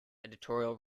editorial